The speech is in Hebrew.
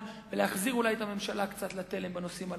ואולי להחזיר את הממשלה קצת לתלם בנושאים הללו.